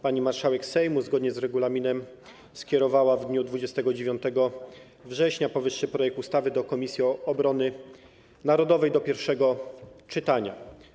Pani marszałek Sejmu zgodnie z regulaminem skierowała w dniu 29 września powyższy projekt ustawy do Komisji Obrony Narodowej do pierwszego czytania.